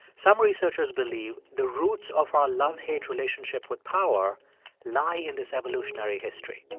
some researchers believe the roots of our love-hate relationship with power lie in this evolutionary history. and